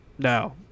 No